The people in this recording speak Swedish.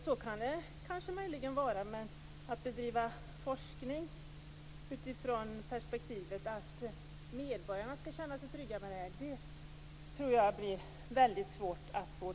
Så kan det möjligen vara, men att bedriva forskning utifrån perspektivet att medborgarna skall känna sig trygga med detta tror jag blir väldigt svårt.